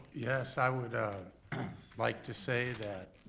yes, i would like to say that